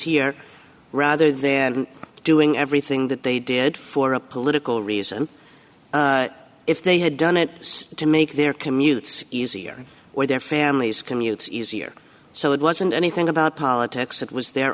here rather than doing everything that they did for a political reason if they had done it to make their commute easier or their families commutes easier so it wasn't anything about politics it was their